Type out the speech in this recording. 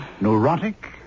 Neurotic